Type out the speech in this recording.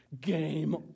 Game